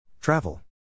Travel